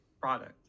product